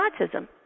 autism